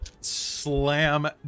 slam